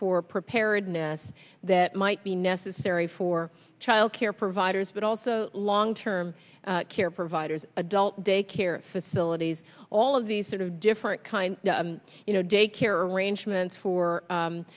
for preparedness that might be necessary for childcare providers but also long term care providers adult daycare facilities all of these sort of different kinds you know daycare arrangements for